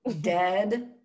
dead